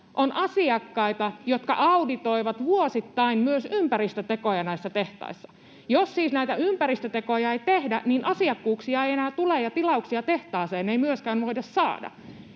on asiakkaita, jotka auditoivat vuosittain myös ympäristötekoja näissä tehtaissa. Jos siis näitä ympäristötekoja ei tehdä, niin asiakkuuksia ei enää tule ja tilauksia tehtaaseen ei myöskään voida saada.